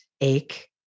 ache